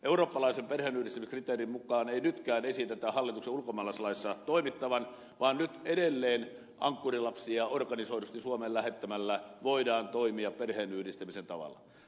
eurooppalaisen perheenyhdistämiskriteerin mukaan ei nytkään esitetä hallituksen ulkomaalaislaissa toimittavan vaan nyt edelleen ankkurilapsia organisoidusti suomeen lähettämällä voidaan toimia perheenyhdistämisen tavalla